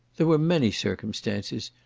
there were many circumstances,